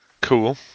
Cool